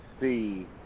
see